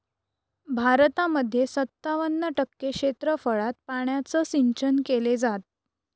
भारतामध्ये सत्तावन्न टक्के क्षेत्रफळात पाण्याचं सिंचन केले जात